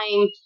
time